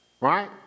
Right